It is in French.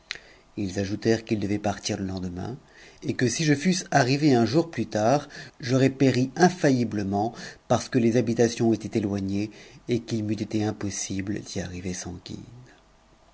ils ajoutèrent qu'ils devaient partir le lendemain et que si je fusse arrivé un jour plus tard j'aurais péri infailliblement parce que les habi tations étaient éloignées et qu'il m'eût été impossible d'y arrive s x i guide